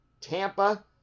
Tampa